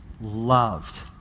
loved